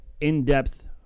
In-Depth